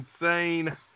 insane